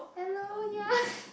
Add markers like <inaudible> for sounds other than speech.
hello ya <laughs>